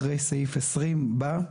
אחרי סעיף 20 בא: